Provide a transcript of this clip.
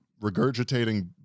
regurgitating